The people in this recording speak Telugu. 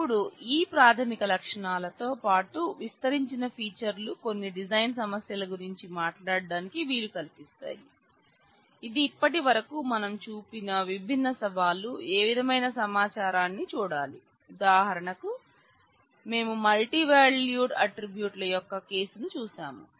ఇప్పుడు ఈ ప్రాథమిక లక్షణాలతోకేసును చూశాము